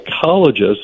psychologists